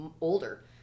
older